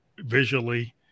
visually